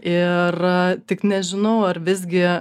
ir tik nežinau ar visgi